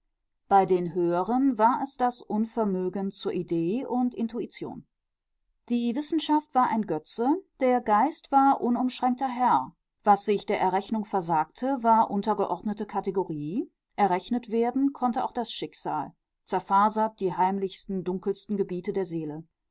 bei den höheren war es das unvermögen zur idee und intuition die wissenschaft war ein götze der geist war unumschränkter herr was sich der errechnung versagte war untergeordnete kategorie errechnet werden konnte auch das schicksal zerfasert die heimlichsten dunkelsten gebiete der seele